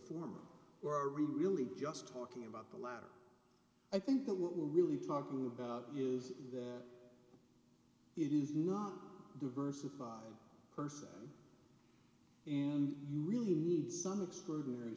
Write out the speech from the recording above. former or are really just talking about the latter i think that what we're really talking about is that it is not diversified person and you really need some extraordinary